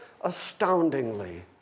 astoundingly